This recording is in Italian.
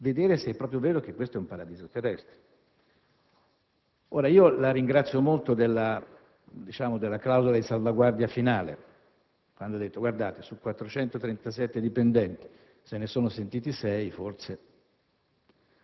se è proprio vero che questo è un paradiso terrestre. La ringrazio molto della clausola di salvaguardia finale, quando ha detto: se su 437 dipendenti se ne sono sentiti sei, forse